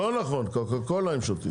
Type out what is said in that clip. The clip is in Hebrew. לא נכון, קוקה קולה הם שותים.